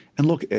and look,